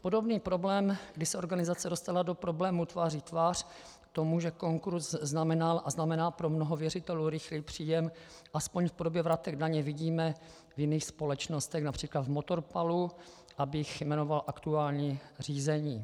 Podobný problém, kdy se organizace dostala do problému tváří v tvář tomu, že konkurz znamenal a znamená pro mnoho věřitelů rychlý příjem aspoň v podobě vratek daně, vidíme v jiných společnostech, například v Motorpalu, abych jmenoval aktuální řízení.